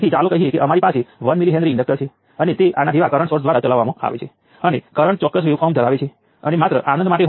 તેથી સર્કિટ માટે સંપૂર્ણ રીતે સોલ્વ કરવાનો અર્થ આ છે